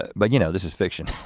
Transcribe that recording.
but you know, this is fiction.